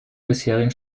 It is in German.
bisherigen